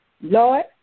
Lord